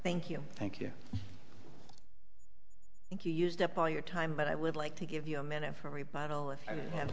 thank you thank you thank you used up all your time but i would like to give you a minute for